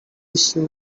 issue